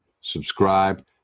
Subscribe